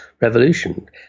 revolution